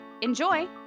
Enjoy